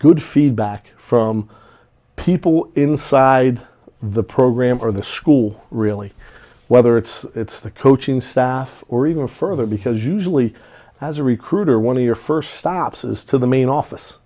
good feedback from people inside the program or the school really whether it's it's the coaching staff or even further because usually as a recruiter one of your first stops is to the main office